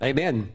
Amen